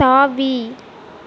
தாவி